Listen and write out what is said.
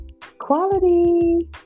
Quality